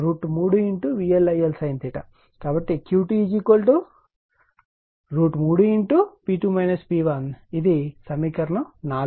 కాబట్టి QT3P2 P1 ఇది సమీకరణం 4